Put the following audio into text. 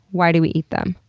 why do we eat them?